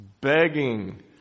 Begging